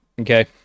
okay